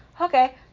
Okay